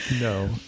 No